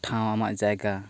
ᱴᱷᱟᱶ ᱟᱢᱟᱜ ᱡᱟᱭᱜᱟ